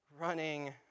running